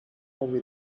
away